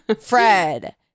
Fred